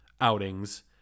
outings